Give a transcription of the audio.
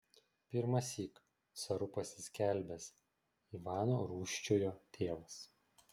pirmąsyk caru pasiskelbęs ivano rūsčiojo tėvas